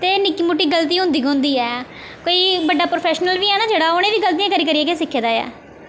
ते निक्की मुट्टी गल्ती होंदी गै होंदी ऐ कोई बड्डा प्रोफैशनल बी ऐ ना जेह्का उ'नें बी गल्तियां करी करियै गै सिक्खे दा ऐ